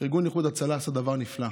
ארגון איחוד הצלה עשה דבר נפלא: